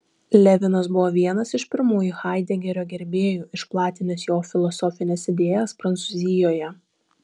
levinas buvo vienas iš pirmųjų haidegerio gerbėjų išplatinęs jo filosofines idėjas prancūzijoje